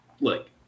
Look